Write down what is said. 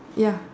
ya